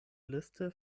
liste